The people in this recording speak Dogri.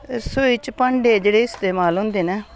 रसोई च भांडे जेह्ड़े इस्तेमाल होंदे न